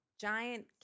giant